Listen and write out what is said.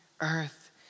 earth